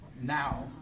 now